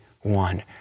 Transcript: one